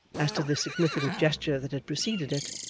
as to the significant gesture that had preceded it,